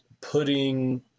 putting